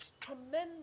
tremendous